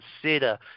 consider